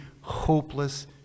hopeless